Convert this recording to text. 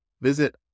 Visit